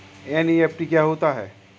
NEFT क्या होता है?